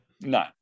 no